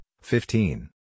fifteen